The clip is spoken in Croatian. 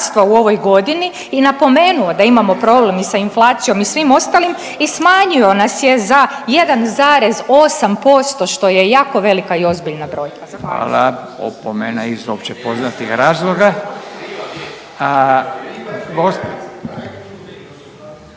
Hvala. Hvala. Hvala. Hvala./…